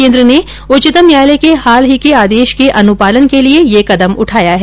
केन्द्र ने उच्चतम न्यायालय के हाल ही के आदेश के अनुपालन के लिए ये कदम उठाया है